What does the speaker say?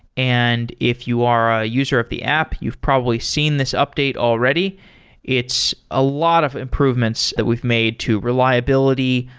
and if you are a user of the app, you've probably seen this update already it's a lot of improvements that we've made to reliability,